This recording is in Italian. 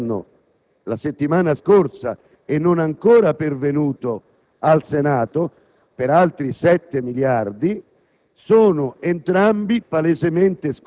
e il decreto predisposto dal Governo la settimana scorsa e non ancora pervenuto al Senato per altri 7 miliardi,